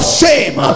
shame